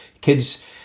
kids